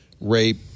rape